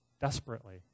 desperately